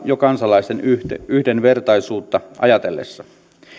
jo kansalaisten yhdenvertaisuutta ajatellessa